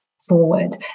forward